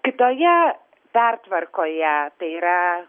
kitoje pertvarkoje tai yra